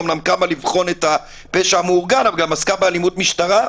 היא אומנם קמה לבחון את הפשע המאורגן אבל גם עסקה באלימות משטרה,